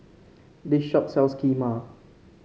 this shop sells Kheema